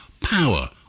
power